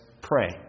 Pray